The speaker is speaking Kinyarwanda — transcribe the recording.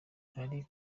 hari